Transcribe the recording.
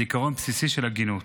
זה עיקרון בסיסי של הגינות.